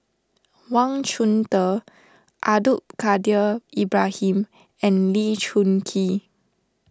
Wang Chunde Abdul Kadir Ibrahim and Lee Choon Kee